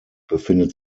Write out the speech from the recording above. befindet